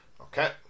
Okay